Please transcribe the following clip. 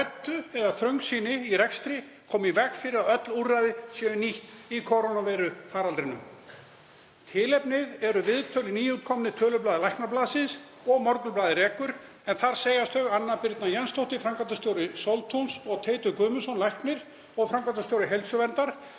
eða þröngsýni í rekstri koma í veg fyrir að öll úrræði séu nýtt í kórónuveirufaraldrinum. Tilefnið eru viðtöl í nýútkomnu tölublaði Læknablaðsins og Morgunblaðið rekur, en þar segjast þau Anna Birna Jensdóttir, framkvæmdastjóri Sóltúns, og Teitur Guðmundsson, læknir og framkvæmdastjóri Heilsuverndar,